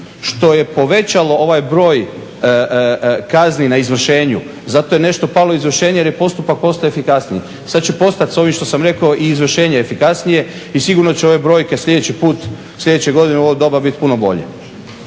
što je povećalo ovaj broj kazni na izvršenju. Zato je nešto palo izvršenje, jer je postupak postao efikasniji, sad će postat s ovim što sam rekao i izvršenje efikasnije i sigurno će ove brojke sljedeći put, sljedeće godine u ovo doba biti puno bolje.